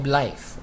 life